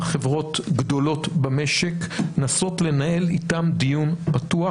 חברות גדולות במשק לנסות לנהל איתם דיון פתוח,